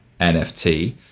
NFT